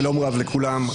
שלום רב לכולם,